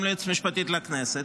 גם ליועצת המשפטית לכנסת.